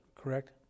correct